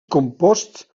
composts